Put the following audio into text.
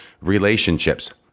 relationships